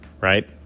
right